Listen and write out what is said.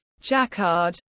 jacquard